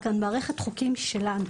יש לנו כאן מערכת חוקים שלנו,